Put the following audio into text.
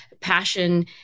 passion